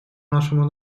нашему